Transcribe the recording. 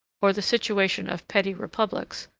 or the situation of petty republics,